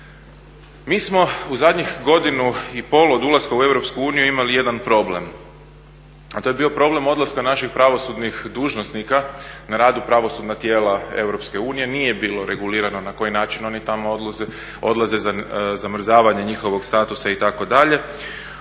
Mi smo u zadnjih godinu i pol od ulaska u EU imali jedan problem, a to je bio problem odlaska naših pravosudnih dužnosnika na rad u pravosudna tijela EU. Nije bilo regulirano na koji način oni tamo odlaze, zamrzavanje njihovog statusa itd.